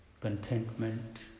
contentment